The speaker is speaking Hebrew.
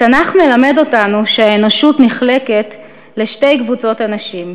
התנ"ך מלמד אותנו שהאנושות נחלקת לשתי קבוצות אנשים: